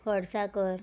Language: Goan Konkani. खडसाकर